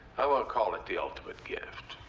i wanna call it the ultimate gift.